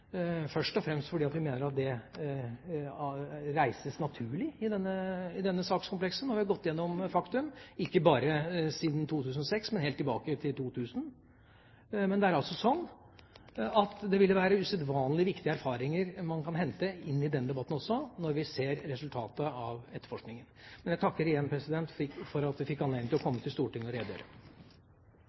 først og fremst fordi vi mener at det reises naturlig i dette sakskomplekset når vi har gått igjennom fakta – ikke bare siden 2006, men helt tilbake til 2000. Men det er altså slik at det ville være usedvanlig viktige erfaringer man kan hente inn i denne debatten også når vi ser resultatet av etterforskningen. Jeg takker igjen for at jeg fikk anledning til å komme til Stortinget for å redegjøre.